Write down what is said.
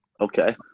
Okay